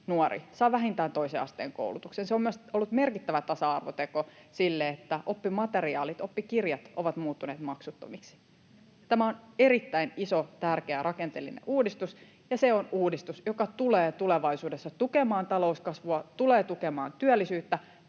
nuori saa vähintään toisen asteen koulutuksen. Se on myös ollut merkittävä tasa-arvoteko sille, että oppimateriaalit, oppikirjat ovat muuttuneet maksuttomiksi. Tämä on erittäin iso, tärkeä ja rakenteellinen uudistus, ja se on uudistus, joka tulee tulevaisuudessa tukemaan talouskasvua, tulee tukemaan työllisyyttä.